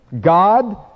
God